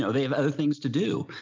so they have other things to do.